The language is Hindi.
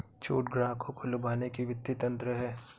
छूट ग्राहकों को लुभाने का वित्तीय तंत्र है